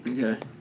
Okay